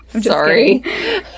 sorry